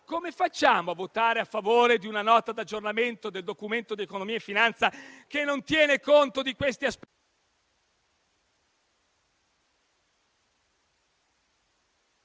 Come facciamo a votare a favore di una Nota di aggiornamento del Documento di economia e finanza che non tiene conto di questi aspetti